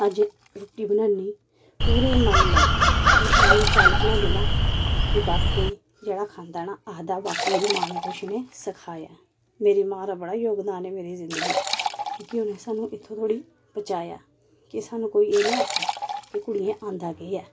अज्ज रूट्टी बनाई पूरे मन लाइयै और इन्नी शैल बनांदी ना कि वाक्य जेह्ड़ा खंदा ना आखदा वाक्य इदी मां ने कुछ इनेंगी सखाया मेरी मां दा बड़ा योगदान ऐ मेरी जिंदगी च क्योंकि उन्ने इत्थूं धोड़ी स्हानू पजाया स्हानू कोई एह् नी आक्खे कुड़ियें आंदा केह् ऐ